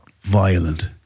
violent